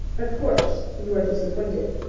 of course you are disappointed.